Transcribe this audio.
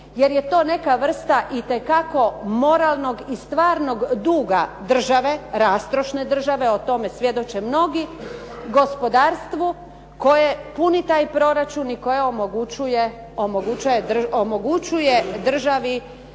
jer je to neka vrsta itekako moralnog i stvarnog duga države, rastrošne države, o tome svjedoče mnogi gospodarstvu koje puni taj proračun i koje omogućuje državi